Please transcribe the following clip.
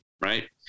right